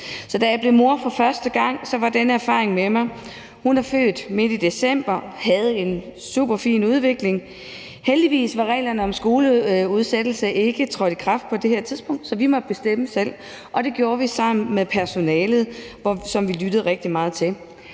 da jeg blev mor for første gang, var denne erfaring med mig. Min datter er født midt i december og havde en superfin udvikling. Heldigvis var reglerne om skoleudsættelse ikke trådt i kraft på det her tidspunkt, så vi måtte bestemme selv, og det gjorde vi sammen med personalet, som vi lyttede rigtig meget til.